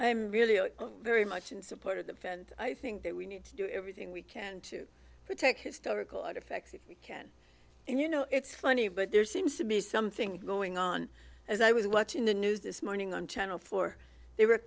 i'm really very much in support of the fence i think that we need to do everything we can to protect historical artifacts if we can and you know it's funny but there seems to be something going on as i was watching the news this morning on channel four they were